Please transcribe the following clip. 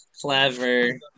Clever